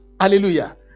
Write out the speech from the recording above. Hallelujah